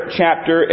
chapter